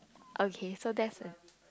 okay so that's the